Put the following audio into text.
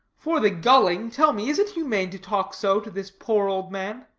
for the gulling, tell me, is it humane to talk so to this poor old man?